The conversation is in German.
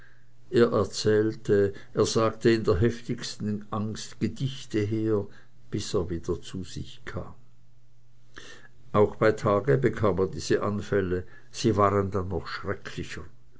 er erzählte er sagte in der heftigsten angst gedichte her bis er wieder zu sich kam auch bei tage bekam er diese zufälle sie waren dann noch schrecklicher